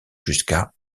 jusqu’à